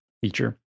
feature